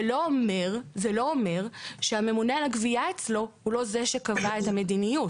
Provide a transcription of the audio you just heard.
זה לא אומר שהממונה על הגבייה אצלו הוא לא זה שקבע את המדיניות.